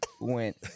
went